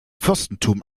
fürstentum